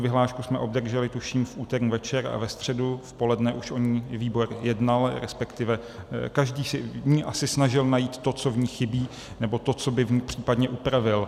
Vyhlášku jsme obdrželi, tuším, v úterý večer a ve středu v poledne už o ní výbor jednal, respektive každý se v ní asi snažil najít to, co v ní chybí, nebo to, co by v ní případně upravil.